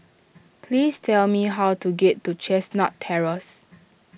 please tell me how to get to Chestnut Terrace